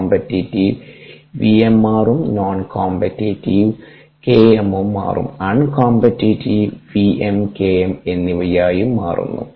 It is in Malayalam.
കോമ്പിറ്റിറ്റീവ് vm മാറും നോൺ കോമ്പറ്റിറ്റിവ് km ഉം മാറും uncompetitive v m k m എന്നിവയായും മാറുന്നു